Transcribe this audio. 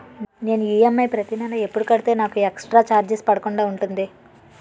నేను ఈ.ఎమ్.ఐ ప్రతి నెల ఎపుడు కడితే నాకు ఎక్స్ స్త్ర చార్జెస్ పడకుండా ఉంటుంది?